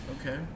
Okay